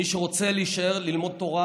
מי שרוצה להישאר וללמוד תורה,